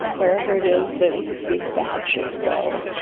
wherever it is that big bad ships go.